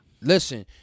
Listen